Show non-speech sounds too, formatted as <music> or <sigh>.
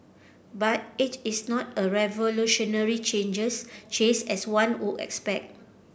but it is not a revolutionary changes <unintelligible> as one would expect